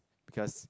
because